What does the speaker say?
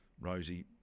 Rosie